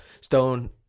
Stone